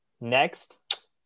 Next